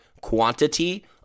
quantity